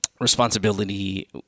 responsibility